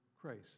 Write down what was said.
Christ